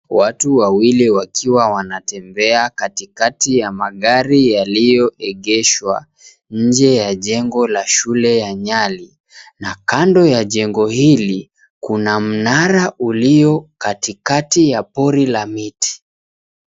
Watu wawili wakiwa wanatembea katikati ya magari yaliyoegeshwa, nje ya jengo la shule ya Nyali, na kando ya jengo hili kuna mnara ulio katikati ya miti.